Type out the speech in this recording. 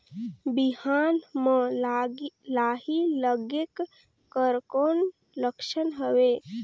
बिहान म लाही लगेक कर कौन लक्षण हवे?